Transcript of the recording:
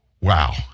Wow